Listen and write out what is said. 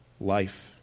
Life